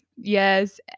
Yes